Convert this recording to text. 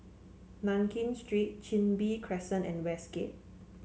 Nankin Street Chin Bee Crescent and Westgate